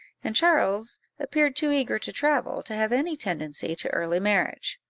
and charles appeared too eager to travel to have any tendency to early marriage.